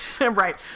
Right